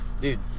Dude